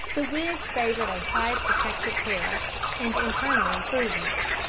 the whigs favored a high protective tariff and internal improvement.